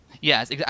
Yes